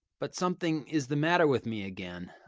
but something is the matter with me again.